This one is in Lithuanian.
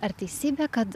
ar teisybė kad